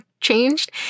changed